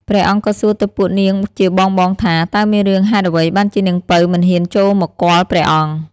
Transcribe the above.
ព្រះអង្គក៏សួរទៅពួកនាងជាបងៗថា តើមានរឿងហេតុអ្វីបានជានាងពៅមិនហ៊ានចូលមកគាល់ព្រះអង្គ?